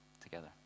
together